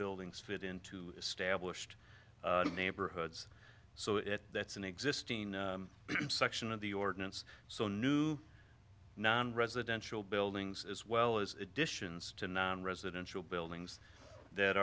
buildings fit into established neighborhoods so if that's an existing section of the ordinance so new nonresidential buildings as well as additions to residential buildings that